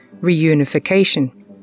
reunification